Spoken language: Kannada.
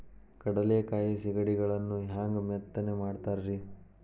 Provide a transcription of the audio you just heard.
ಕಡಲೆಕಾಯಿ ಸಿಗಡಿಗಳನ್ನು ಹ್ಯಾಂಗ ಮೆತ್ತನೆ ಮಾಡ್ತಾರ ರೇ?